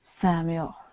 Samuel